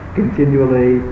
continually